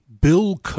Bill